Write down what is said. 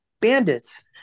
bandits